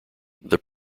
this